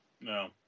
No